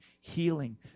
healing